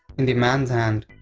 in the man's hand.